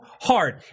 hard